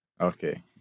Okay